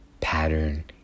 pattern